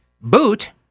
Boot